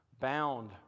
bound